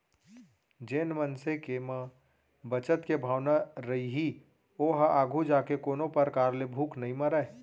जेन मनसे के म बचत के भावना रइही ओहा आघू जाके कोनो परकार ले भूख नइ मरय